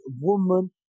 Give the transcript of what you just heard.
woman